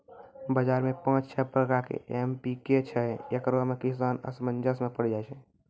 बाजार मे पाँच छह प्रकार के एम.पी.के छैय, इकरो मे किसान असमंजस मे पड़ी जाय छैय?